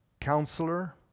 Counselor